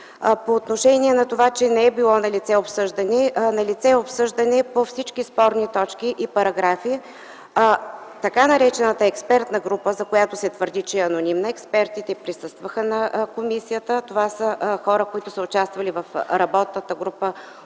По отношение на това, че не е било налице обсъждане – налице е обсъждане по всички спорни точки и параграфи. Експертите от така наречената експертна група, за която се твърди, че е анонимна, присъстваха на заседанията на комисията. Хората, които са участвали в работната група,